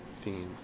theme